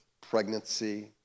pregnancy